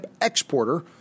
exporter